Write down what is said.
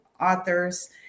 authors